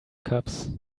cups